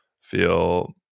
feel